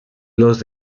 los